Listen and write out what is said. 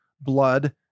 blood